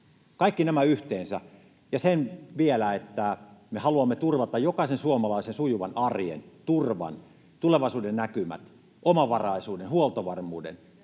Kaikki nämä yhteensä — ja se vielä, että me haluamme turvata jokaisen suomalaisen sujuvan arjen, turvan, tulevaisuudennäkymät, omavaraisuuden, huoltovarmuuden